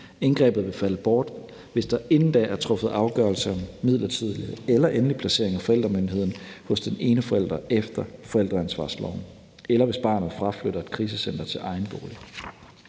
Indgrebet vil falde bort, hvis der inden da er truffet afgørelse om midlertidig eller endelig placering af forældremyndigheden hos den ene forælder efter forældreansvarsloven, eller hvis barnet fraflytter krisecenteret til egen bolig.